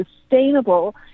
sustainable